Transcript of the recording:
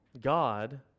God